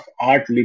art